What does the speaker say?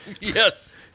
yes